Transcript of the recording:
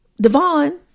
Devon